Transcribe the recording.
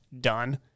done